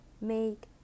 make